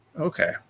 Okay